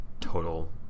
total